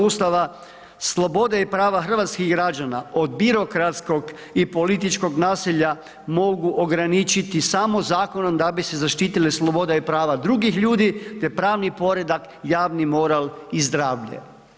Ustava slobode i prava hrvatskih građana od birokratskog i političkog nasilja mogu ograničiti samo zakonom, da bi se zaštitile sloboda i prava drugih ljudi te pravni poredak, javni moral i zdravlje.